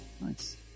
Nice